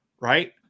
Right